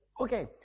Okay